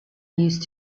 used